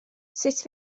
sut